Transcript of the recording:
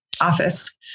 office